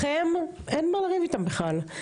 לכם אין מה לריב איתם בכלל.